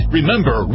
Remember